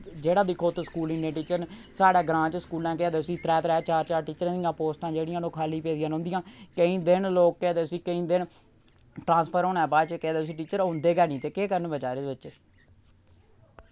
जेह्ड़ा दिक्खो उत स्कूल इन्नै टीचर न साढ़ै ग्रां च स्कूलैं केह् आखदे उस्सी त्रै त्रै चार चार टीचरें दि'यां पोस्टां जेह्ड़ियां न ओह् खाल्ली पेदियां रोह्नदियां केईं दिन लोक केह् आखदे उस्सी केईं दिन ट्रांसफर होने दे बाच केह् आखदे उस्सी टीचर औंदे गै नि ते केह् करन बचारे बच्चे